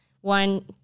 one